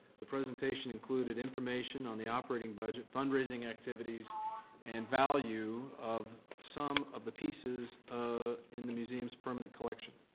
the presentation included information on the operating budget, fundraising activities and value of some of the pieces ah in the museum's permanent collection.